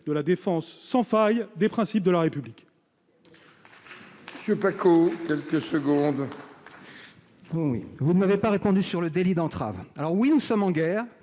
de la défense sans faille des principes de la République.